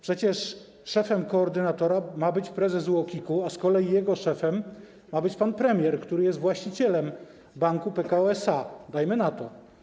Przecież szefem koordynatora ma być prezes UOKiK-u, a z kolei jego szefem ma być pan premier, który jest właścicielem banku PKO SA, dajmy na to.